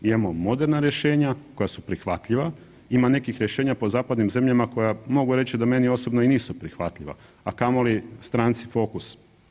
Imamo moderna rješenja koja su prihvatljiva, ima nekih rješenja po zadanim zemljama koja mogu reći da meni osobno i nisu prihvatljiva, a kamoli Stranci Fokus.